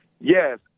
Yes